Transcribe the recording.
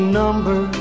number